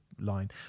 line